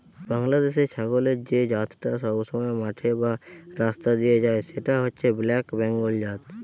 বাংলাদেশের ছাগলের যে জাতটা সবসময় মাঠে বা রাস্তা দিয়ে যায় সেটা হচ্ছে ব্ল্যাক বেঙ্গল জাত